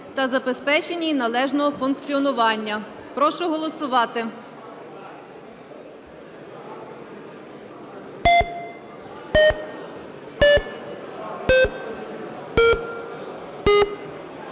та забезпечення її належного функціонування. Прошу голосувати.